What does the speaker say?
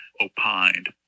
opined